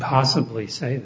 possibly say